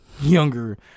younger